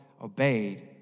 Obeyed